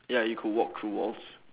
ya you could walk through walls